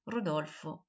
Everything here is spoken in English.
Rodolfo